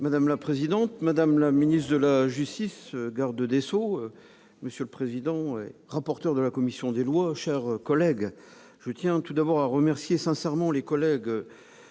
Madame la présidente, madame la ministre de la justice, garde des sceaux, monsieur le président et rapporteur de la commission des lois, mes chers collègues, je tiens tout d'abord à remercier sincèrement les collègues